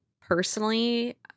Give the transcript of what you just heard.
personally